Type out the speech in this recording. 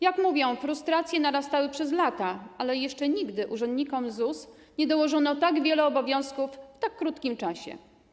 Jak mówią: Frustracje narastały przez lata, ale jeszcze nigdy urzędnikom ZUS nie dołożono tak wielu obowiązków w tak krótkim czasie.